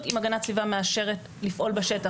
אם הגנת הסביבה מאשרת לפעול בשטח.